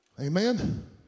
Amen